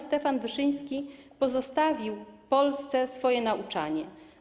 Stefan Wyszyński pozostawił Polsce swoje nauczanie.